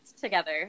together